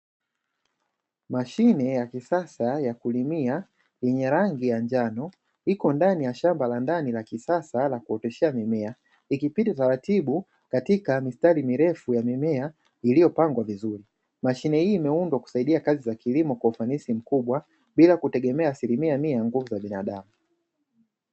Mashine ya kisasa ya kulimia yenye rangi ya njano, iko ndani ya shamba la ndani la kisasa la kuoteshea mimea, ikipita taratibu katika mistari mirefu ya mimea iliopangwa vizuri. mashine hii imeundwa kusaidia kazi za kilimo kwa ufanisi mkubwa, bila kutegemea asilimia mia ya nguvu za binadamu.